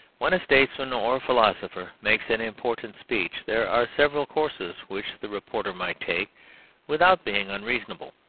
when a statesman or philosopher makes an important speech, there are several courses which the reporter might take without being unreasonable.